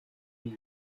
ibi